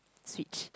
switch